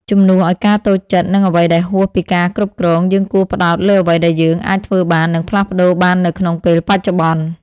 ជំនួសឱ្យការតូចចិត្តនឹងអ្វីដែលហួសពីការគ្រប់គ្រង យើងគួរផ្តោតលើអ្វីដែលយើងអាចធ្វើបាន និងផ្លាស់ប្តូរបាននៅក្នុងពេលបច្ចុប្បន្ន។